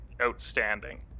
outstanding